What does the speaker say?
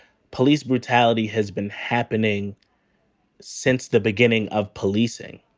police brutality has been happening since the beginning of policing.